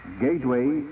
gateway